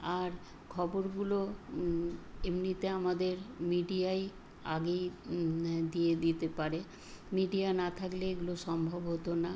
আর খবরগুলো এমনিতে আমাদের মিডিয়ায় আগেই দিয়ে দিতে পারে মিডিয়া না থাকলে এগুলো সম্ভব হতো না